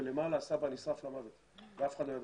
ולמעלה הסבא נשרף למוות ואף אחד לא ידע.